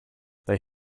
they